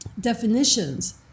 definitions